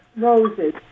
Roses